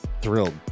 thrilled